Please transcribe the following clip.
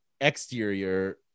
exterior